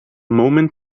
moment